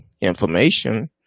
information